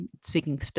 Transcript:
speaking